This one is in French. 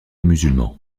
musulman